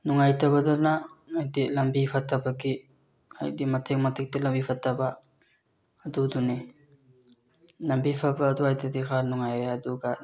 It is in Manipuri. ꯅꯨꯡꯉꯥꯏꯇꯕꯗꯨꯅ ꯍꯥꯏꯗꯤ ꯂꯝꯕꯤ ꯐꯠꯇꯕꯒꯤ ꯍꯥꯏꯗꯤ ꯃꯇꯦꯛ ꯃꯇꯦꯛꯇ ꯂꯝꯕꯤ ꯐꯠꯇꯕ ꯑꯗꯨꯗꯨꯅꯤ ꯂꯝꯕꯤ ꯐꯕ ꯑꯗꯨꯋꯥꯏꯗꯗꯤ ꯈꯔꯥ ꯅꯨꯡꯉꯥꯏꯔꯦ ꯑꯗꯨꯒ